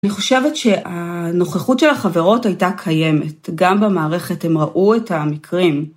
‫אני חושבת שהנוכחות של החברות ‫הייתה קיימת. ‫גם במערכת הם ראו את המקרים.